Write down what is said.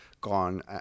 gone